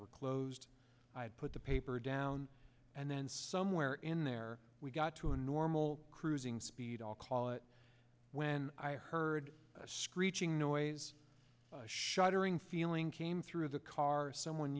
were closed i put the paper down and then somewhere in there we got to a normal cruising speed i'll call it when i heard a screeching noise shuddering feeling came through the car someone